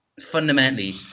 fundamentally